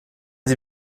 sie